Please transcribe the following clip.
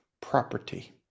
property